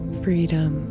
freedom